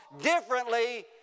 differently